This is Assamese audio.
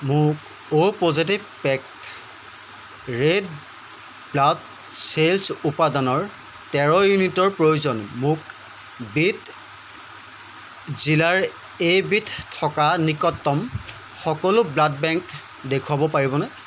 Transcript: মোক O positive packed red blood cells উপাদানৰ তেৰ ইউনিটৰ প্ৰয়োজন মোক বিদ জিলাৰ এইবিধ থকা নিকটতম সকলো ব্লাড বেংক দেখুৱাব পাৰিবনে